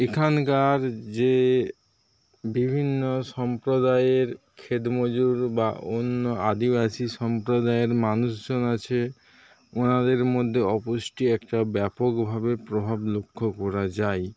এখানকার যে বিভিন্ন সম্প্রদায়ের খেতমজুর বা অন্য আদিবাসী সম্প্রদায়ের মানুষজন আছে ওনাদের মধ্যে অপুষ্টি একটা ব্যাপকভাবে প্রভাব লক্ষ্য করা যায়